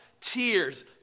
Tears